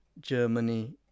Germany